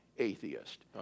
Atheist